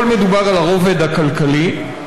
הכול מדובר על הרובד הכלכלי.